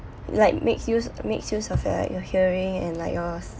like makes use makes use of your hearing and like your